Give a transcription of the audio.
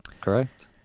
correct